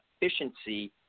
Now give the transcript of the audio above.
efficiency